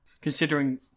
Considering